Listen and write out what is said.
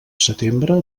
setembre